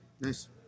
Nice